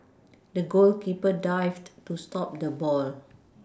the goalkeeper dived to stop the ball